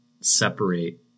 separate